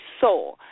saw